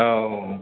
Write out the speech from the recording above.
औ